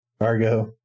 Argo